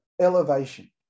elevation